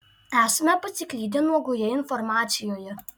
esame pasiklydę nuogoje informacijoje